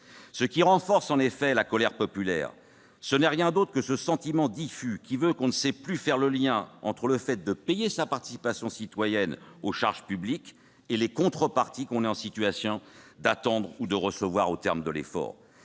Ce qui renforce, en effet, la colère populaire, ce n'est rien d'autre que ce sentiment diffus qu'on ne sait plus faire le lien entre le fait de payer sa participation citoyenne aux charges publiques et les contreparties qu'on est en situation d'attendre ou de recevoir au terme de cet effort.